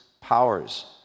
powers